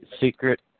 secret